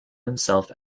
himself